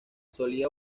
solía